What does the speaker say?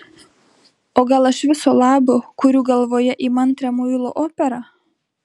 o gal aš viso labo kuriu galvoje įmantrią muilo operą